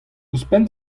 ouzhpenn